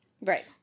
Right